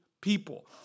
people